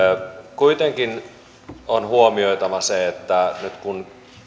kuitenkin on huomioitava se että nyt kun